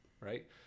right